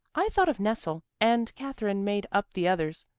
i thought of nestle, and katherine made up the others.